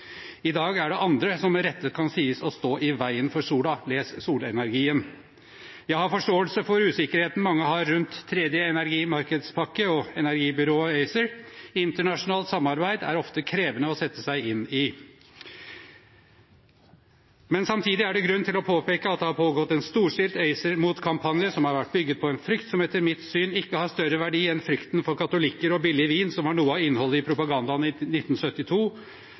I dag er det andre som med rette kan sies å stå i veien for sola – les solenergien. Jeg har forståelse for usikkerheten mange har rundt tredje energimarkedspakke og energibyrået ACER. Internasjonalt samarbeid er ofte krevende å sette seg inn i. Men samtidig er det grunn til å påpeke at det har pågått en storstilt ACER-motkampanje som har vært bygget på en frykt som etter mitt syn ikke har større verdi enn frykten for katolikker og billig vin, som var noe av innholdet i propagandaen i 1972.